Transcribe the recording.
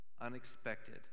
unexpected